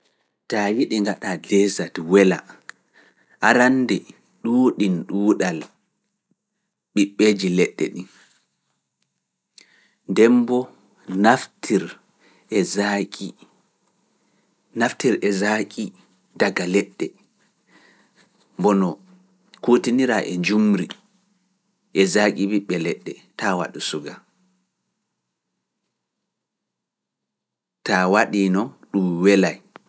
Taa yeeɗi ngaɗa deesat wela arannde ɗuuɗi ɗuuɗal ɓiɓɓeeji leɗɗe ni. Dembo naftir e zaaki daga leɗɗe, mbono kuutinira e njumri e zaaki ɓiɓɓe leɗɗe, taa waɗɗo suga, taa waɗiino ɗum welaay.